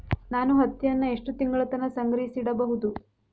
ನಾನು ಹತ್ತಿಯನ್ನ ಎಷ್ಟು ತಿಂಗಳತನ ಸಂಗ್ರಹಿಸಿಡಬಹುದು?